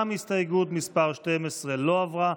גם הסתייגות מס' 12 לא עברה.